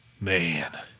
Man